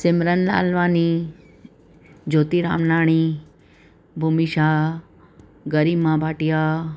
Simran Lalwani Jyoti Ramnani Bhumi Shah Garima Bhatia